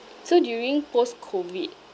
so during post COVID